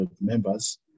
members